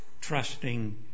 trusting